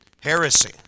heresy